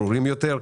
ברורים יותר,